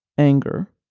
anger,